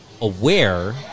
aware